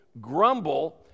grumble